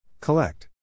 Collect